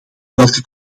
welke